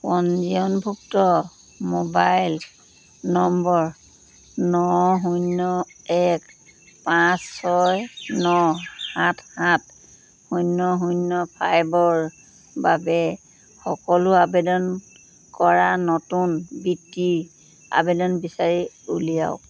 পঞ্জীয়নভুক্ত মোবাইল নম্বৰ ন শূন্য এক পাঁচ ছয় ন সাত সাত শূন্য শূন্য ফাইভৰ বাবে সকলো আবেদন কৰা নতুন বৃত্তিৰ আবেদন বিচাৰি উলিয়াওক